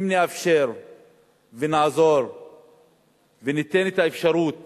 אם נאפשר ונעזור וניתן את האפשרות